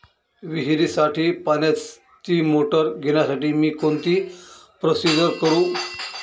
विहिरीसाठी पाण्याची मोटर घेण्यासाठी मी कोणती प्रोसिजर करु?